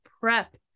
prep